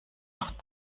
durch